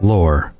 Lore